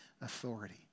authority